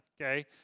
okay